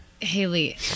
Haley